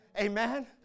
Amen